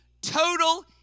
total